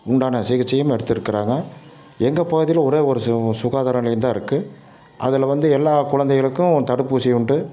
உண்டான சிகிச்சையும் எடுத்துருக்கிறாங்க எங்க பகுதியில் ஒரே ஒரு சு சுகாதார நிலையம்தான் இருக்குது அதில் வந்து எல்லா குழந்தைகளுக்கும் தடுப்பூசி உண்டு